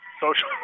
social